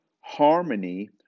harmony